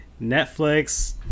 Netflix